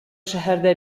шәһәрдә